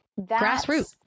grassroots